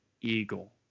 eagle